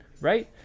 right